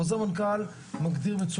חוזר מנכ"ל מגדיר מצויין.